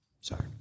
Sorry